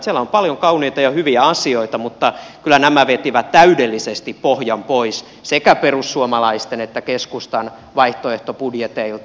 siellä on paljon kauniita ja hyviä asioita mutta kyllä nämä vetivät täydellisesti pohjan pois sekä perussuomalaisten että keskustan vaihtoehtobudjeteilta